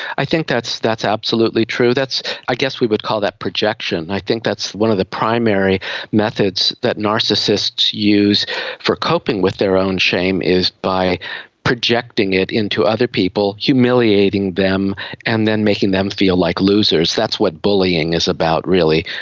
i think that's that's absolutely true. i guess we would call that projection. i think that's one of the primary methods that narcissists use for coping with their own shame, is by projecting it into other people, humiliating them and then making them feel like losers. that's what bullying is about really.